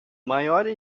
maiores